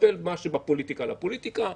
נטפל במה שבפוליטיקה בפוליטיקה,